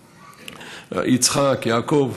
יצחק, יעקב.